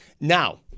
Now